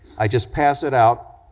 i just pass it out,